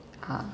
ah